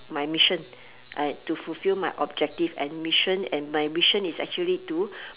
my mission to fulfil my objective and mission and my mission is actually to